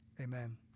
Amen